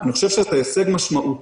אני חושב שזה הישג משמעותי.